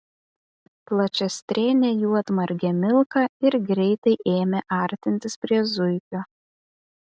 plačiastrėnė juodmargė milka ir greitai ėmė artintis prie zuikio